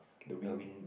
the wing